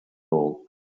all